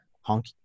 honk